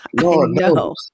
no